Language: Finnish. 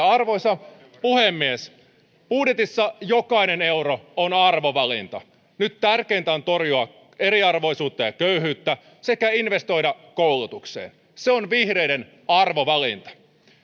arvoisa puhemies budjetissa jokainen euro on arvovalinta nyt tärkeintä on torjua eriarvoisuutta ja köyhyyttä sekä investoida koulutukseen se on vihreiden arvovalinta